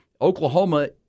Oklahoma